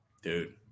dude